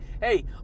hey